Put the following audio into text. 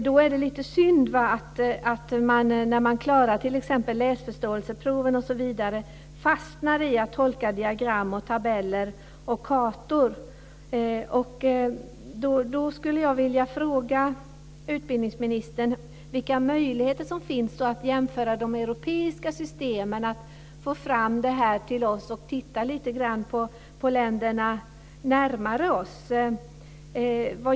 Då är det lite synd, när man klarar t.ex. läsförståelseprovet, att man fastnar i att tolka diagram, tabeller och kartor. Jag skulle vilja fråga utbildningsministern vilka möjligheter som finns att jämföra de europeiska systemen och få fram det här till oss, att titta lite grann på länderna närmare oss.